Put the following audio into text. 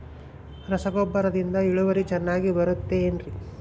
ರಸಗೊಬ್ಬರದಿಂದ ಇಳುವರಿ ಚೆನ್ನಾಗಿ ಬರುತ್ತೆ ಏನ್ರಿ?